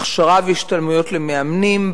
הכשרה והשתלמויות למאמנים,